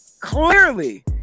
Clearly